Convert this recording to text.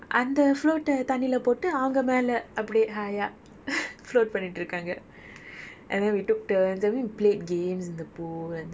so we came back to the pool in our villa அந்த:antha float டை தண்ணீலே போட்டு அவங்க மேலே அப்படியே:tai thanni le pottu avanga melae appadiyae high ஆ:aa float பன்னிகிட்டு இருக்காங்க:pannikittu irukaanga